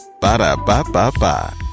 Ba-da-ba-ba-ba